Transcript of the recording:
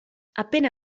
appena